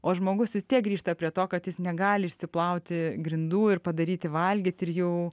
o žmogus vis tiek grįžta prie to kad jis negali išsiplauti grindų ir padaryti valgyti ir jau